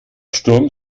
sturm